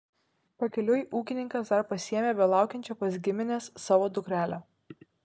pakeliui ūkininkas dar pasiėmė belaukiančią pas gimines savo dukrelę